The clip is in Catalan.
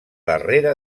darrera